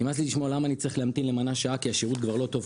להכין לכם אוכל ולהשתמש בסכין ובאש.